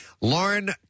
Lauren